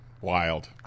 Wild